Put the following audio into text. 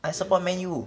I support man U